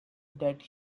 dead